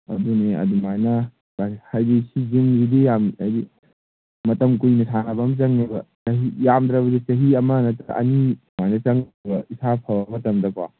ꯑꯗꯨꯅꯦ ꯑꯗꯨꯃꯥꯏꯅ ꯖꯤꯝ ꯍꯥꯏꯗꯤ ꯁꯤ ꯖꯤꯝꯁꯤꯗꯤ ꯌꯥꯝ ꯍꯥꯏꯗꯤ ꯃꯇꯝ ꯀꯨꯏꯅ ꯁꯥꯟꯅꯕ ꯑꯃ ꯆꯪꯉꯦꯕ ꯆꯍꯤ ꯌꯥꯝꯗ꯭ꯔꯕꯗ ꯆꯍꯤ ꯑꯃ ꯅꯠꯇ꯭ꯔ ꯑꯅꯤ ꯑꯗꯨꯃꯥꯏꯅ ꯆꯪꯅꯦꯕ ꯏꯁꯥ ꯐꯕ ꯃꯇꯝꯗꯀꯣ